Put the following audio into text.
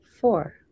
four